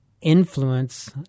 influence